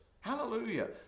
Hallelujah